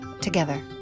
together